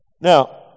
Now